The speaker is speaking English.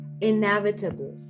inevitable